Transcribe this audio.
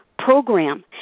Program